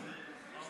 נתקבלו.